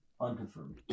Unconfirmed